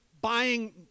buying